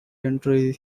entry